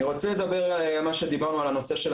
אני רוצה לדבר על מה שדיברנו על הנושא,